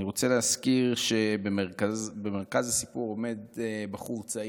אני רוצה להזכיר שבמרכז הסיפור עומד בחור צעיר,